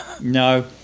No